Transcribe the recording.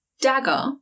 dagger